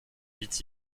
dit